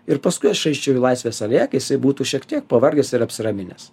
ir paskui aš eičiau į laisvės alėją kai jisai būtų šiek tiek pavargęs ir apsiraminęs